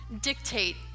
dictate